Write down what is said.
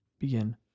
begin